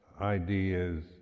ideas